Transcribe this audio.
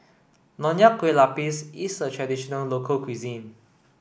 Nonya Kueh Lapis is a traditional local cuisine